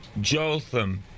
Jotham